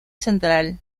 central